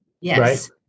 Yes